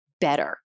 better